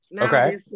okay